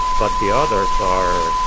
but the others are